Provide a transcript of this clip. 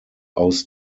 aus